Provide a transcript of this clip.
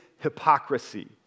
hypocrisy